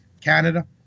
Canada